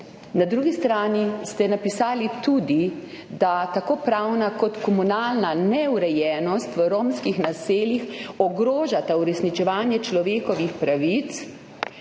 Na drugi strani ste napisali tudi, da tako pravna kot komunalna neurejenost v romskih naseljih ogrožata uresničevanje tako človekovih pravic